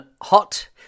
hot